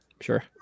Sure